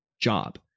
job